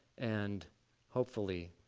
and hopefully,